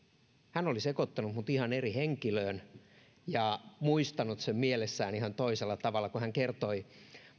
hän oli sekoittanut minut ihan eri henkilöön ja muistanut sen mielessään ihan toisella tavalla kun hän kertoi